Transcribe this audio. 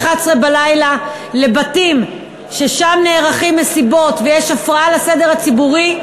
00:23 לבתים שנערכות בהם מסיבות ויש הפרעה לסדר הציבורי,